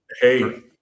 Hey